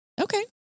Okay